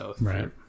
Right